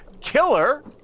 Killer